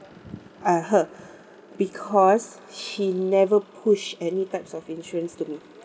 uh her because she never push any types of insurance to me